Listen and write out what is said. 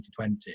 2020